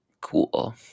cool